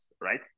right